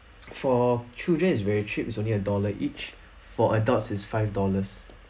for children is very cheap is only a dollar each for adults is five dollars